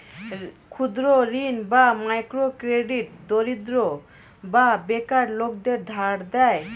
ক্ষুদ্র ঋণ বা মাইক্রো ক্রেডিট দরিদ্র বা বেকার লোকদের ধার দেয়